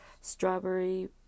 strawberry